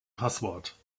passwort